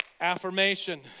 affirmation